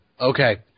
Okay